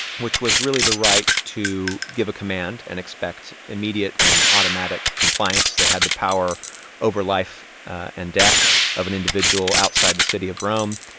which was really the right to give a command and expect immediate and automatic compliance. they had the power over life and death of an individual outside the city of rome.